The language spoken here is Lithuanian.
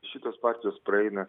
šitos partijos praeina